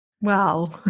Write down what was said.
Wow